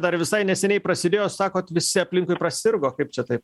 dar visai neseniai prasidėjo sakot visi aplinkui prasirgo kaip čia taip